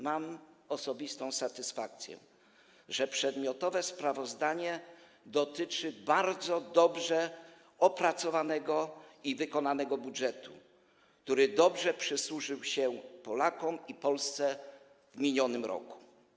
Mam osobistą satysfakcję, że przedmiotowe sprawozdanie dotyczy bardzo dobrze opracowanego i wykonanego budżetu, który dobrze przysłużył się Polakom i Polsce w minionym roku.